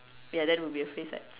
yea that would be a phrase right